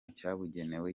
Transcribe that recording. cyabugenewe